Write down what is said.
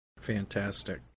Fantastic